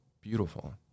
beautiful